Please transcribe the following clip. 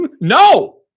No